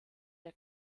der